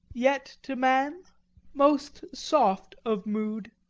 yet to man most soft of mood.